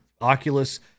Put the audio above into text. Oculus